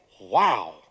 wow